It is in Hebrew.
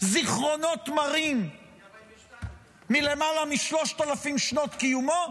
זיכרונות מרים מלמעלה משלושת אלפים שנות קיומו,